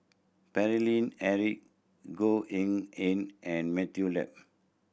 Eric Goh Eng Han and Matthew Yap